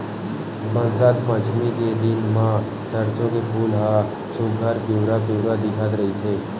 बसंत पचमी के दिन म सरसो के फूल ह सुग्घर पिवरा पिवरा दिखत रहिथे